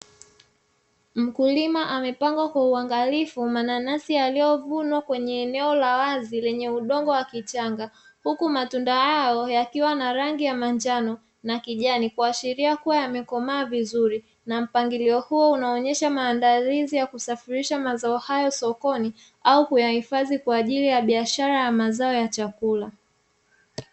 Mkulima amepanga kwa uangalifu mananasi yaliyovunwa kwenye eno la wazi lenye udongo wa kichanga, huku matunda hayo yakiwa na rangi ya manjano na kijani kuashiria kuwa yamekomaa vizuri na mpangilio huu unaonesha maandalizi ya kusafirisha mazao hayo sokoni au kuyahifadhi kwa ajili ya biashara ya mazao ya chakula.